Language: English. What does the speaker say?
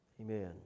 Amen